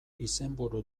izenburu